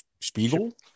Spiegel